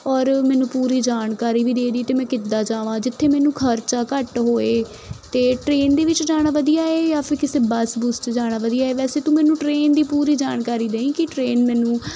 ਔਰ ਮੈਨੂੰ ਪੂਰੀ ਜਾਣਕਾਰੀ ਵੀ ਦੇ ਦੀ ਅਤੇ ਮੈਂ ਕਿੱਦਾਂ ਜਾਵਾਂ ਜਿੱਥੇ ਮੈਨੂੰ ਖਰਚਾ ਘੱਟ ਹੋਏ ਅਤੇ ਟ੍ਰੇਨ ਦੇ ਵਿੱਚ ਜਾਣਾ ਵਧੀਆ ਹੈ ਜਾਂ ਫਿਰ ਕਿਸੇ ਬੱਸ ਬੁਸ 'ਚ ਜਾਣਾ ਵਧੀਆ ਹੈ ਵੈਸੇ ਤੂੰ ਮੈਨੂੰ ਟ੍ਰੇਨ ਦੀ ਪੂਰੀ ਜਾਣਕਾਰੀ ਦਈ ਕਿ ਟ੍ਰੇਨ ਮੈਨੂੰ